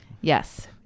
Yes